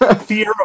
fear